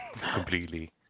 completely